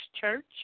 Church